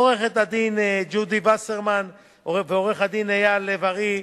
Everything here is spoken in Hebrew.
עורכת-הדין ג'ודי וסרמן ועורך-הדין אייל לב-ארי,